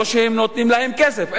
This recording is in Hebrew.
לא שהם נותנים להם כסף,